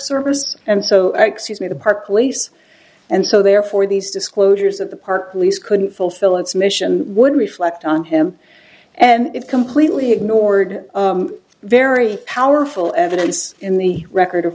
service and so excuse me the park police and so therefore these disclosures of the park police couldn't fulfill its mission would reflect on him and it completely ignored very powerful evidence in the record of